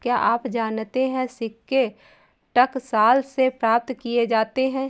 क्या आप जानते है सिक्के टकसाल से प्राप्त किए जाते हैं